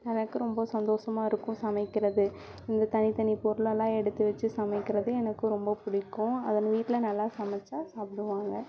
எனக்கும் ரொம்ப சந்தோஷமா இருக்கும் சமைக்கிறது இந்த தனித்தனி பொருளெலாம் எடுத்து வச்சு சமைக்கிறது எனக்கும் ரொம்ப பிடிக்கும் அதில் வீட்டில் நல்லா சமைத்தா சாப்பிடுவாங்க